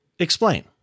Explain